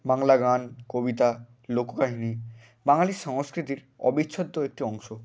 বাংলা গান কবিতা লোককাহিনি বাঙালির সংস্কৃতির অবিচ্ছেদ্য একটি অংশ